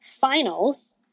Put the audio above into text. finals